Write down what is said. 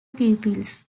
pupils